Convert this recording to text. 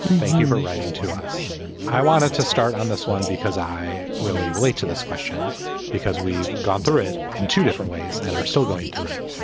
thank you for writing to us i wanted to start on this one because i really relate to this question because we've gone through it in two different ways and are still going through it.